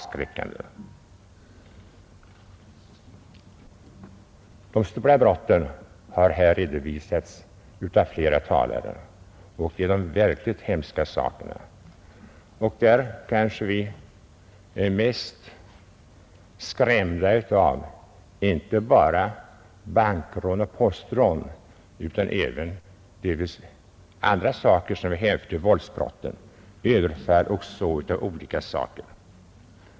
Statistik över de grövre brotten har redovisats av flera talare. Vi är skrämda inte bara av ökningen av bankoch postrån utan också av våldsbrotten — överfall etc.